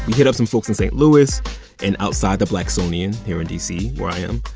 hit up some folks in st. louis and outside the blacksonian here in d c, where i am,